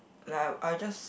like I'll I'll just